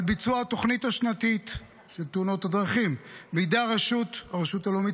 ביצוע התוכנית השנתית של תאונות הדרכים בידי הרשות הלאומית